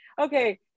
okay